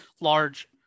large